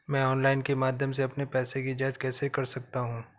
मैं ऑनलाइन के माध्यम से अपने पैसे की जाँच कैसे कर सकता हूँ?